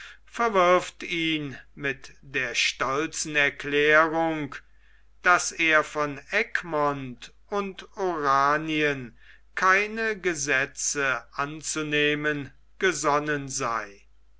verwirft ihn mit der stolzen erklärung daß er von egmont und oranien keine gesetze anzunehmen gesonnen sei